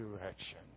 direction